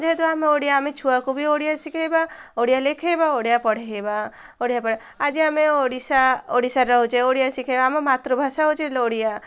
ଯେହେତୁ ଆମେ ଓଡ଼ିଆ ଆମେ ଛୁଆକୁ ବି ଓଡ଼ିଆ ଶିଖାଇବା ଓଡ଼ିଆ ଲେଖାଇବା ଓଡ଼ିଆ ପଢ଼ାଇବା ଓଡ଼ିଆ ଆଜି ଆମେ ଓଡ଼ିଶା ଓଡ଼ିଶାର ହେଉଛେ ଓଡ଼ିଆ ଶିଖାଇବା ଆମ ମାତୃଭାଷା ହେଉଛି ଓଡ଼ିଆ